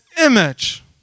image